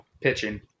pitching